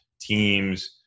teams